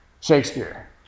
Shakespeare